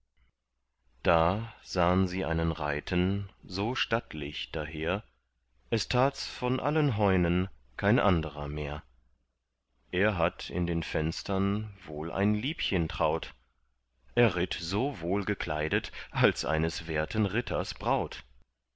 da sahn sie einen reiten so stattlich daher es tats von allen heunen kein anderer mehr er hat in den fenstern wohl ein liebchen traut er ritt so wohlgekleidet als eines werten ritters